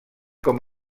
com